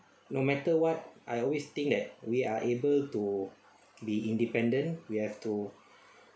no matter what I always think that we are able to be independent we have to